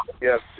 Yes